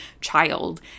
child